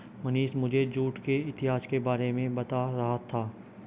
मनीष मुझे जूट के इतिहास के बारे में बता रहा था